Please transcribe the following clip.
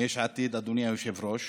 מיש עתיד, אדוני היושב-ראש,